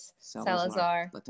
Salazar